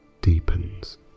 deepens